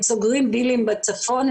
הם סוגרים דילים בצפון,